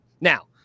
Now